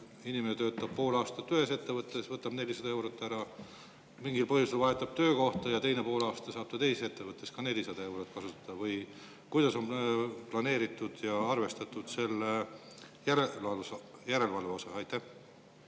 inimene töötab pool aastat ühes ettevõttes, võtab 400 eurot ära ja mingil põhjusel vahetab töökohta, kas siis teisel poolaastal saab ta teises ettevõttes ka 400 eurot kasutada? Kuidas on arvestatud ja planeeritud selle järelevalve osa? Aitäh,